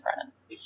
friends